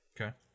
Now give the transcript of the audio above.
Okay